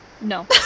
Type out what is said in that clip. No